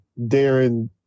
Darren